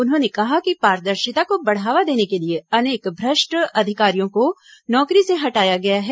उन्होंने कहा कि पारदर्शिता को बढावा देने के लिए अनेक भ्रष्ट अधिकारियों को नौकरी से हटाया गया है